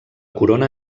corona